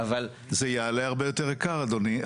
אבל זה יעלה הרבה יותר יקר אדוני,